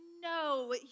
no